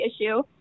issue